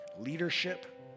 Leadership